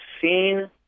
seen